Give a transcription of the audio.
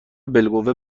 بالقوه